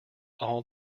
all